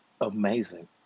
amazing